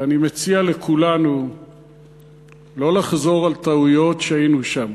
ואני מציע לכולנו לא לחזור על הטעויות שהיו שם,